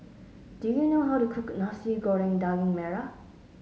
do you know how to cook Nasi Goreng Daging Merah